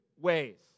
ways